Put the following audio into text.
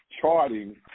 charting